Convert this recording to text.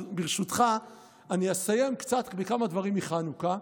ברשותך אני אסיים קצת בכמה דברים מחנוכה.